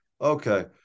okay